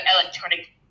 electronic